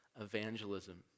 evangelism